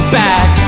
back